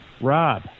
Rob